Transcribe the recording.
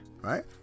right